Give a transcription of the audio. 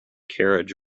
carriage